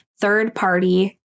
third-party